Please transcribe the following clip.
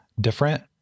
different